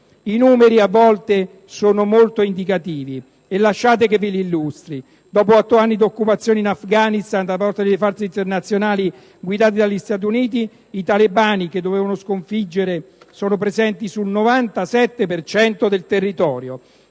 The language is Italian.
I numeri, a volte, sono molto indicativi. Lasciate che ve li illustri. Dopo otto anni d'occupazione in Afghanistan da parte di forze internazionali guidate dagli Stati Uniti, i talebani che si dovevano sconfiggere sono presenti sul 97 per cento del territorio.